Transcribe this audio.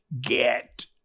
Get